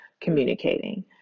communicating